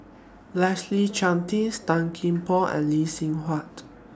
Leslie Charteris Tan Kian Por and Lee Seng Huat